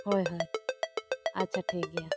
ᱦᱳᱭ ᱦᱳᱭ ᱟᱪᱪᱷᱟ ᱴᱷᱤᱠ ᱜᱮᱭᱟ